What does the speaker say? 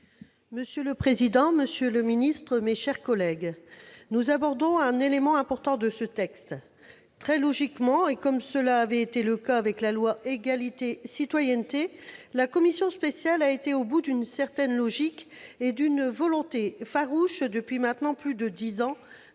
Michelle Gréaume, sur l'article. Nous abordons un élément important de ce texte. Très logiquement, et comme cela avait été le cas avec la loi Égalité et citoyenneté, la commission a été au bout d'une certaine logique et d'une volonté farouche depuis maintenant plus de dix ans